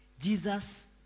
Jesus